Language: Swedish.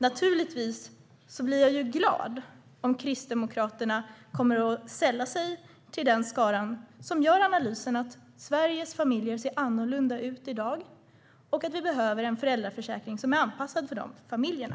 Naturligtvis blir jag glad om Kristdemokraterna kommer att sälla sig till den skara som gör analysen att Sveriges familjer ser annorlunda ut i dag och att vi behöver en föräldraförsäkring som är anpassad för de familjerna.